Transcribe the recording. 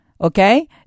okay